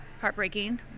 heartbreaking